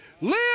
Live